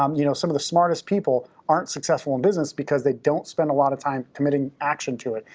um you know some of the smartest people aren't successful in business because they don't spend a lot of time committing action to it.